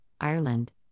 Ireland